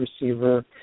receiver